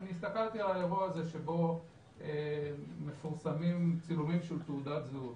הסתכלתי על האירוע הזה שבו מפורסמים צילומים של תעודת זהות.